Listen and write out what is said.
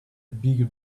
bigger